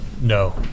No